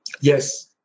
yes